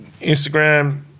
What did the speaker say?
Instagram